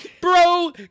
Bro